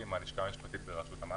מהלשכה המשפטית ברשות המים.